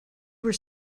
were